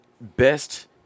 best